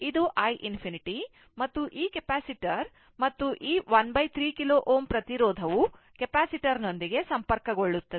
ಇದು i ∞ ಮತ್ತು ಈ ಕೆಪಾಸಿಟರ್ ಮತ್ತು ಈ 13K Ω ಪ್ರತಿರೋಧವು ಕೆಪಾಸಿಟರ್ ನೊಂದಿಗೆ ಸಂಪರ್ಕಗೊಳ್ಳುತ್ತದೆ